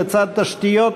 לצד תשתיות